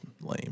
lame